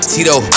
Tito